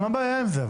מה עם הבעיה עם זה?